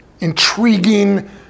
intriguing